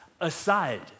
aside